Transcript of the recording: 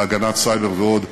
בהגנת סייבר ועוד.